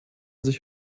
sich